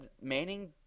Manning